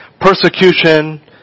Persecution